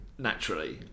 naturally